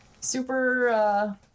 super